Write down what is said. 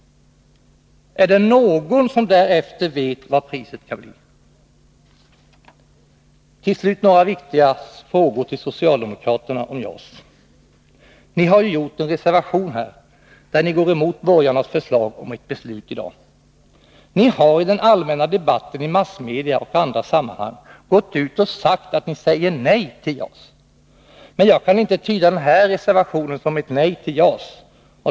Är det någon som vet vad priset därefter kan bli? Så några viktiga frågor till socialdemokraterna om JAS. Ni har ju en reservation här, där ni går emot borgarnas förslag om ett beslut i dag. Ni har i den allmänna debatten i massmedia och andra sammanhang gått ut och sagt att ni säger nej till JAS. Men jag kan inte tyda den här reservationen som ett nej till JAS.